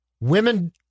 Women